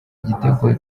igitego